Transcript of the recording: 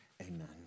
Amen